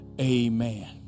Amen